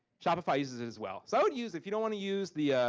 shopify uses it as well. so i would use, if you don't want to use the,